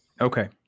Okay